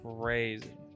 crazy